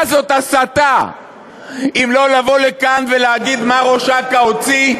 מה זאת הסתה אם לא לבוא לכאן ולהגיד מה ראש אכ"א הוציא,